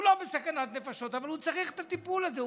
הוא לא בסכנות נפשות, אבל הוא צריך את הטיפול הזה.